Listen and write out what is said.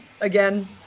again